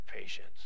patience